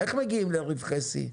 איך מגיעים לרווחי שיא?